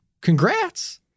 congrats